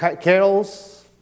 carols